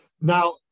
Now